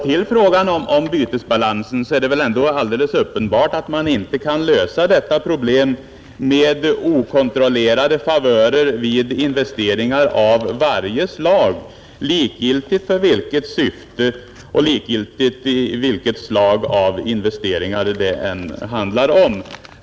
Det är väl alldeles uppenbart att bytesbalansens problem inte kan lösas med okontrollerade favörer vid investeringar av varje slag, likgiltigt för vilket syfte och likgiltigt vilket slag av investeringar det än handlar om.